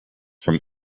from